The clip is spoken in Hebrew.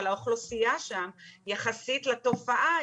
אבל האוכלוסייה שם יחסית לתופעה,